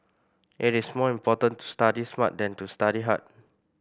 it is more important to study smart than to study hard